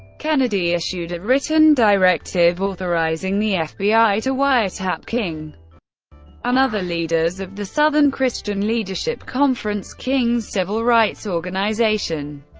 kennedy issued a written directive authorizing the fbi to wiretap king and other leaders of the southern christian leadership conference, king's civil rights organization.